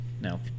now